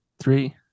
three